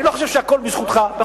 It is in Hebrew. אני לא חושב שהכול בזכותך, תודה.